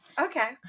okay